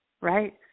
right